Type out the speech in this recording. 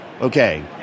Okay